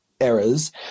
errors